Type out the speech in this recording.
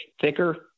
thicker